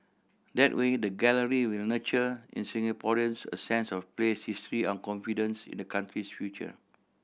that way the gallery will nurture in Singaporeans a sense of place history and confidence in the country's future